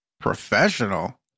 professional